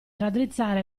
raddrizzare